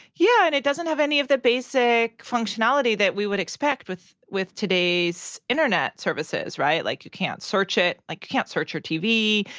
yeah, and it doesn't have any of the basic functionality that we would expect with with today's internet services, right? like, you can't search it. like, you can't search your tv.